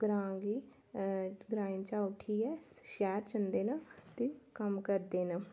ग्रांऽ गी ग्राएं चा उट्ठियै शैह्र जंदे न ते कम्म करदे न